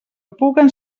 puguen